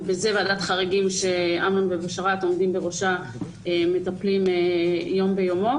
ובזה ועדת החריגים שאמנון ובשארת עומדים בראשה מטפלים יום ביומו.